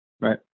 right